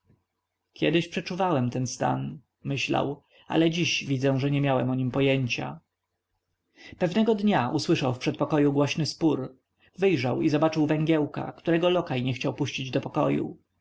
kiedyś przeczuwałem ten stan myślał ale dziś widzę że nie miałem o nim pojęcia pewnego dnia usłyszał w przedpokoju głośny spór wyjrzał i zobaczył węgiełka którego lokaj nie chciał puścić do pokoju